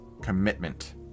commitment